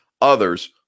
others